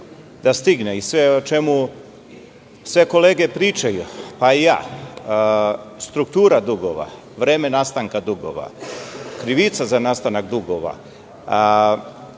da stigne i sve o čemu sve kolege pričaju, pa i ja, struktura dugova, vreme nastanka dugova, krivica za nastanak dugova,